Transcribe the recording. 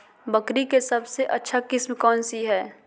बकरी के सबसे अच्छा किस्म कौन सी है?